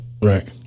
Right